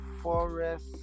Forest